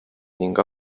ning